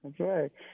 Okay